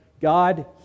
God